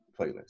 playlist